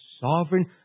sovereign